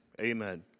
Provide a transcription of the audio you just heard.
Amen